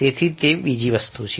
તેથી તે બીજી વસ્તુ છે